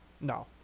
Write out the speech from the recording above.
no